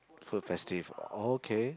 food festival oh okay